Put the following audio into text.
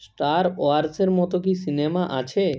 star Wars এর মতো কি সিনেমা আছে